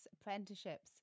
apprenticeships